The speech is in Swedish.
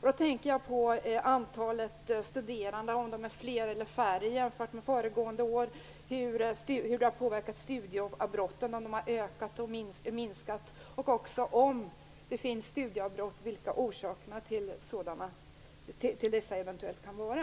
Jag tänker på antalet studerande: Är de fler eller färre än föregående år? Hur har beslutet påverkat studieavbrotten, har de ökat eller minskat? Om det finns studieavbrott, vilka kan orsakerna till dessa eventuellt vara?